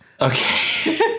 Okay